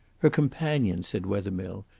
her companion, said wethermill,